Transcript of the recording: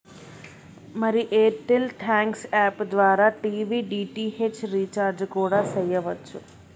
మరి Airtel thanks app ద్వారా TV DTH recharge కూడా సెయ్యవచ్చు